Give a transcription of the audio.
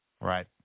Right